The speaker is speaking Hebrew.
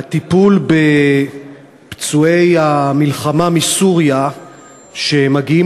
הטיפול בפצועי המלחמה מסוריה שמגיעים